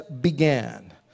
began